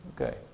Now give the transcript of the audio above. Okay